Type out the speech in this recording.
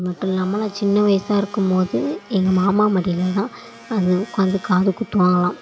அது மட்டும் இல்லாமல் நான் சின்ன வயசாக இருக்குமோது எங்கள் மாமா மடியில் தான் வந்து உட்காந்து காது குத்துவாங்களாம்